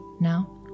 now